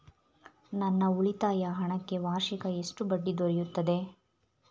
ನನ್ನ ಉಳಿತಾಯ ಹಣಕ್ಕೆ ವಾರ್ಷಿಕ ಎಷ್ಟು ಬಡ್ಡಿ ದೊರೆಯುತ್ತದೆ?